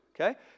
okay